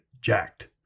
Jacked